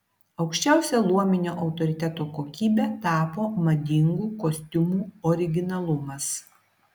aukščiausia luominio autoriteto kokybe tapo madingų kostiumų originalumas